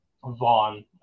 Vaughn